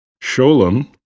Sholem